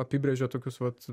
apibrėžė tokius vat